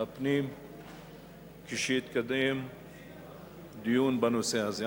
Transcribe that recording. הפנים כשהתקיים דיון בנושא הזה.